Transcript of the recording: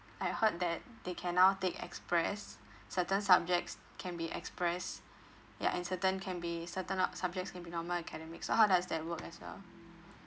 I heard that they can now take express certain subjects can be express ya and certain can be certain up subjects can be normal academic so how does that work as well